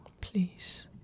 please